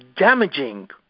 damaging